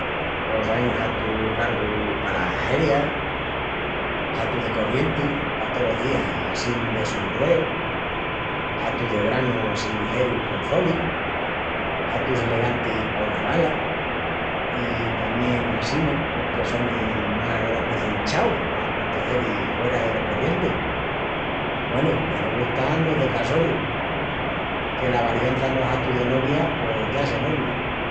Pos ain hatus largus palas herias, hatus de corrienti pa tolos días assín de sonrueu, hatus de branu assín ligerus con frolis, hatus elegantis pa una gala i tamién assina los que sonin más recinchaus pa aconteceris huera delo corrienti. Güenu, i alogu están los de casoriu que la variança enos hatus de novia pos ya es enormi...